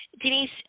denise